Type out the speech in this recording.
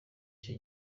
cyo